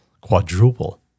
quadruple